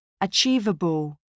achievable